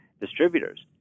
distributors